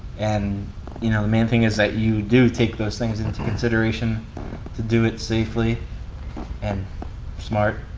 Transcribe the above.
and you know main thing is that you do take those things into consideration to do it safely and smart.